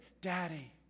Daddy